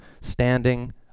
standing